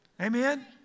Amen